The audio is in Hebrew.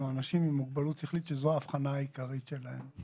אנשים עם מוגבלות שכלית שזו האבחנה העיקרית שלהם.